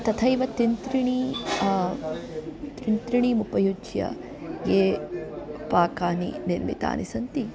तथैव तिन्त्रिणी तिन्त्रिणीम् उपयुज्य यानि पाकानि निर्मितानि सन्ति